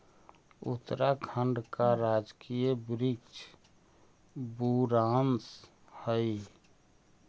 उत्तराखंड का राजकीय वृक्ष बुरांश हई